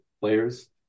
players